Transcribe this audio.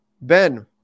Ben